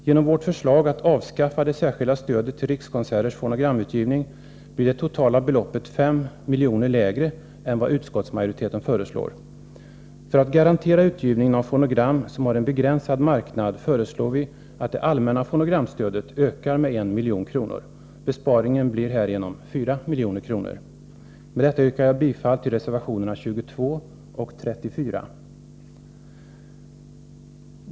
Genom vårt förslag att avskaffa det särskilda stödet till Rikskonserters fonogramutgivning blir det totala beloppet 5 miljoner lägre än vad utskottsmajoriteten föreslår. För att garantera utgivningen av fonogram som har en begränsad marknad föreslår vi att det allmänna fonogramstödet ökar med 1 milj.kr. Besparingen blir härigenom 4 milj.kr. Med detta yrkar jag bifall till reservationerna 22 och 34.